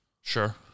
Sure